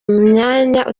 mwanya